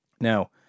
Now